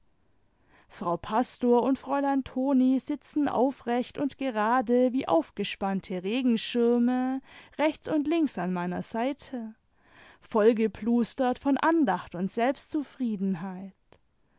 frau pastor und fräulein toni sitzen aufrecht und gerade wie aufgespannte regenschirme rechts und links an meiner seite vollgeplustert von andacht und